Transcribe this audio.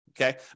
Okay